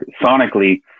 sonically